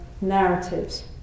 narratives